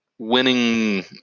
Winning